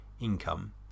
income